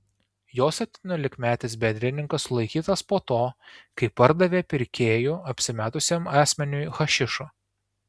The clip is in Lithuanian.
jo septyniolikmetis bendrininkas sulaikytas po to kai pardavė pirkėju apsimetusiam asmeniui hašišo